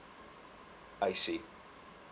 I see